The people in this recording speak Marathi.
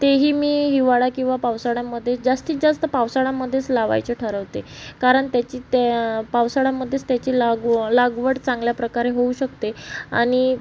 तेही मी हिवाळा किंवा पावसाळ्यामध्ये जास्तीत जास्त पावसाळ्यामध्येच लावायचे ठरवते कारण त्याची पावसाळ्यामध्येच त्याची लाग लागवड चांगल्याप्रकारे होऊ शकते आणि